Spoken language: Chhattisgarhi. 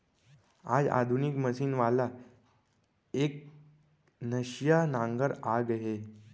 आज आधुनिक मसीन वाला एकनसिया नांगर आ गए हे